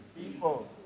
People